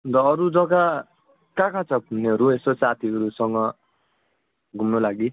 अन्त अरू जग्गा कहाँ कहाँ छ घुम्नेहरू यसो साथीहरूसँग घुम्नु लागि